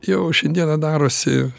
jau šiandieną darosi